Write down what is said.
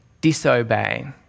disobey